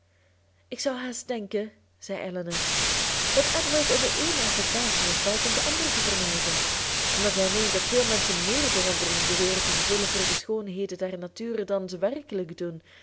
ik zou haast denken zei elinor dat edward in de ééne affectatie vervalt om de andere te vermijden omdat hij meent dat veel menschen méér bewondering beweren te gevoelen voor de schoonheden der natuur dan ze werkelijk doen